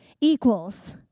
equals